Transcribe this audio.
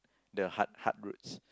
the hard hard routes